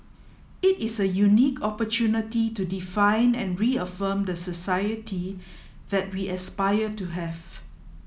it is a unique opportunity to define and reaffirm the society that we aspire to have